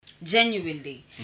Genuinely